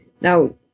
Now